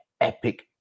epic